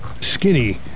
skinny